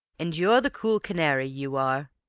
and you're the cool canary, you are,